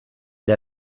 der